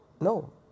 no